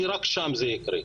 כי רק שם זה יקרה.